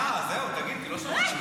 אה, זהו, תגיד, כי לא שמענו.